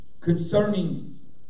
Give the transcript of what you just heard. concerning